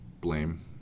blame